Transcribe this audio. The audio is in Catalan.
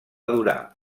durar